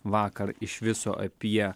vakar iš viso apie